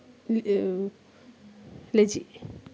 Liji